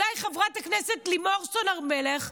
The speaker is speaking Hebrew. אולי חברת הכנסת לימור סון הר מלך,